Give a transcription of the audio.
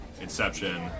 Inception